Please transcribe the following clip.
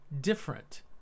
different